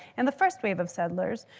and the first wave of settlers,